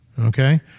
okay